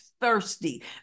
thirsty